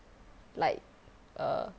like uh